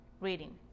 reading